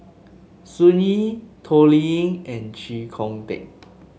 Sun Yee Toh Liying and Chee Kong Tet